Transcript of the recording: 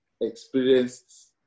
experienced